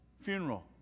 funeral